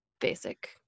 basic